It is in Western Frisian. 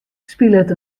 spilet